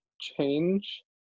change